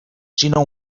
sinó